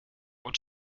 what